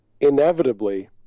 inevitably